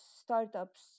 startups